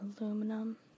Aluminum